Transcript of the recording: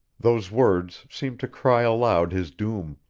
those words seemed to cry aloud his doom.